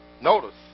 notice